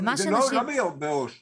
ולא רק ביהודה ושומרון,